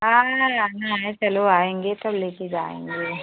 आना है आना है चलो आएँगे तो लेकर जाएँगे